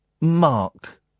Mark